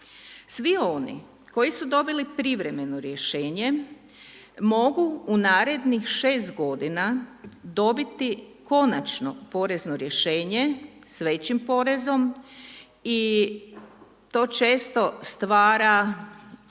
Svi oni koji su dobili privremeno rješenje mogu u narednih 6 godina dobiti konačno porezno rješenje s većim porezom i to često stvara